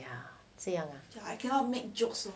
这样 lah